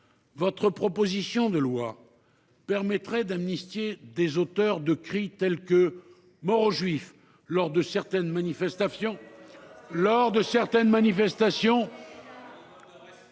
votre proposition de loi permettrait d’amnistier des auteurs de cris tels que « Mort aux juifs !», lors de certaines manifestations